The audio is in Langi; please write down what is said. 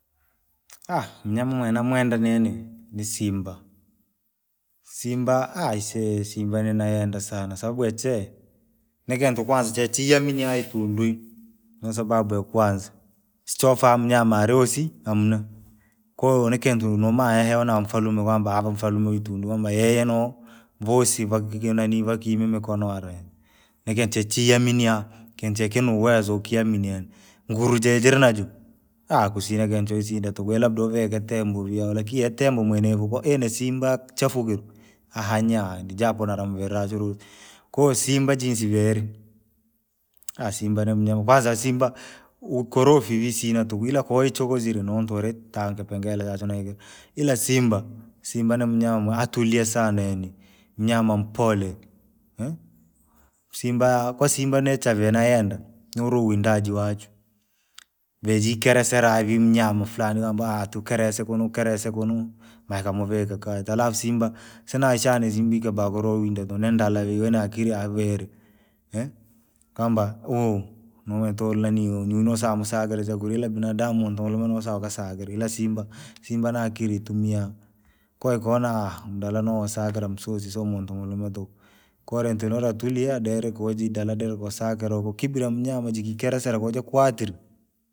mnyama mwee namwenda nini ni samba, samba aisee simba ninayenda sana sababu yache, ni kintu kwanza chechiyaminia itundwi. Nosababu ya kwanza, sichofaa mnyama ari wasii amuna, konikintu namaa yahewa namfalumi kwamba avaa mfalme wa itundwi kwamba yeye noo- vasii vakinani vakime mikono harani. Nikintu chee yaminia, kintu chekini na uwezo ukiyamini yaani, nguru jojiri najo, kusina kintu choshindwa tuku yo labda uvike tembo vi hao lakini ya tembo mwenevu kwaine samba chafugirwe. nyaari japo nala mvira zururi, ko simba jinsi veeri, samba ni mnyama kwanza samba, ukorofi vi isina tuku ila koichokozire nontu ivire tanga kipengele chaluwe na hiki. Ila samba, samba nimyama mwatulia sana yani, mnyama mpole, samba kwa samba nechalevii nayenda, ni ure uwindaji wachwe, vejikeresera vii mnyama flani ambao tukirese kunu ukerese kunu, maanukamunika kati alafu simba, sinashana isindwa baa kwinda ni ndala vii ina akirieri. kwamba huu natukaa nanii nyunyu wasaa mkasakire chakuala ila binadamu ndunu malume nosaa ukarakire ila samba, samba anakiri itumia, kwa konaa! Mdala nosakira msosi sionaa muntu mulume tuku. kore rintu ratulia derikuja ridala kusakira ukokiberia mnyama jikitererera kojaa kwatire.